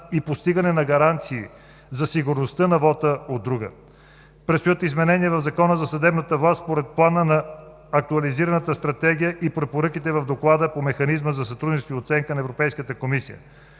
и постигане на гаранции за сигурността на вота, от друга. Предстоят изменения в Закона за съдебната власт според плана на Актуализираната стратегия и препоръките в Доклада по Механизма за сътрудничество и оценка на Европейската комисия.